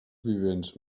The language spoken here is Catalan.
vivents